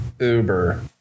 Uber